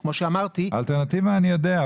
כמו שאמרתי --- אלטרנטיבה אני יודע,